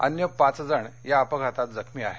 अन्य पाचजण या अपघातात जखमी आहेत